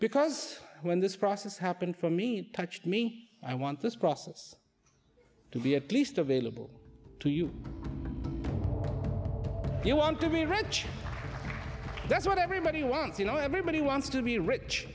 because when this process happened for me touched me i want this process to be at least available to you if you want to be rich that's what everybody wants you know everybody wants to be rich